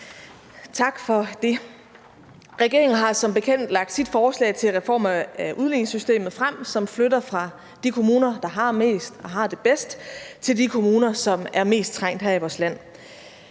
Tak for det. Regeringen har som bekendt lagt sit forslag til reform af udligningssystemet frem, som flytter fra de kommuner, der har mest og har det bedst, til de kommuner, som er mest trængt her i vores land.